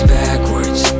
backwards